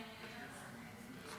שטָה.